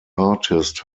artist